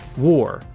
war,